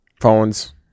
phones